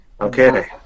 Okay